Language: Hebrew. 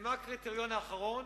ומה הקריטריון האחרון?